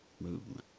movement